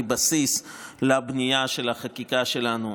כבסיס לבנייה של החקיקה שלנו.